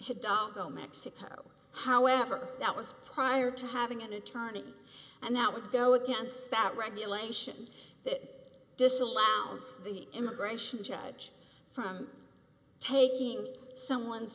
mexico however that was prior to having an attorney and that would go against that regulation that disallows the immigration judge from taking someone's